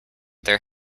their